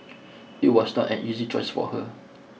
it was not an easy choice for her